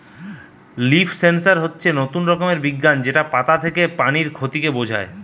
leaf sensor হতিছে নতুন রকমের বিজ্ঞান যেটা পাতা থেকে পানির ক্ষতি কে বোঝায়